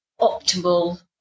optimal